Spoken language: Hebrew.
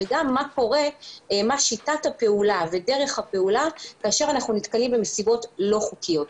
וגם מה שיטת הפעולה ודרך הפעולה כאשר אנחנו נתקלים במסיבות לא חוקיות.